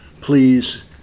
Please